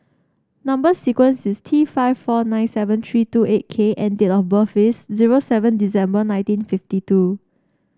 number sequence is T five four nine seven three two eight K and date of birth is zero seven December nineteen fifty two